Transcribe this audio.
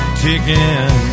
ticking